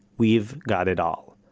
we've got it all.